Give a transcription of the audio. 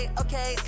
okay